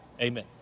Amen